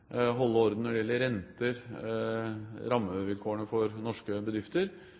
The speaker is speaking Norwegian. orden i norsk økonomi, holde orden når det gjelder renter og rammevilkårene for norske bedrifter.